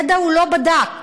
ידע הוא לא בדק.